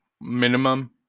minimum